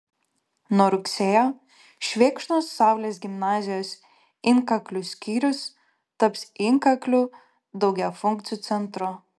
nuo rugsėjo švėkšnos saulės gimnazijos inkaklių skyrius taps inkaklių daugiafunkciu centru